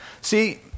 See